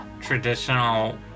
traditional